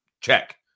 check